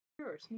Sure